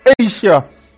Asia